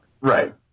Right